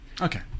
Okay